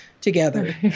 together